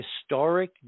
historic